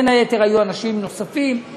בין היתר היו אנשים נוספים.